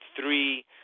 three